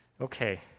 Okay